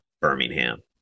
Birmingham